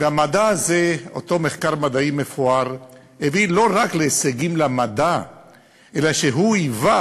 אותו מחקר מדעי מפואר לא רק הביא להישגים למדע אלא היווה